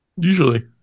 Usually